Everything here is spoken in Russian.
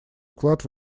вклад